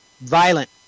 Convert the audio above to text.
violent